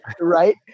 right